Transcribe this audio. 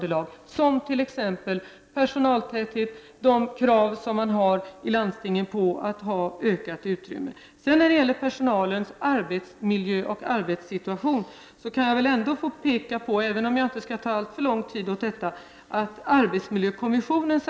Det gäller t.ex. personaltätheten och de krav som man har i landstingen på ett ökat utrymme. Så något om personalens arbetsmiljö och arbetssituation. Jag kommer inte att ta alltför lång tid i anspråk för den frågan.